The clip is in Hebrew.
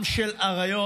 עם של אריות,